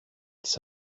της